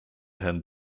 herrn